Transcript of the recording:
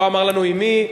לא אמר לנו עם מי.